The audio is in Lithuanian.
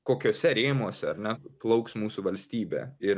kokiuose rėmuose ar ne plauks mūsų valstybė ir